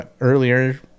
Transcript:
earlier